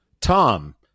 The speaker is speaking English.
Tom